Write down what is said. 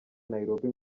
nairobi